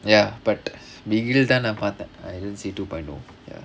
ya but பிகில்தா நா பாத்தேன்:bigilthaa naa paathaen I will see two point O